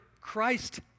Christ